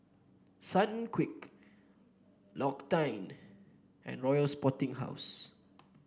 Sunquick L'Occitane and Royal Sporting House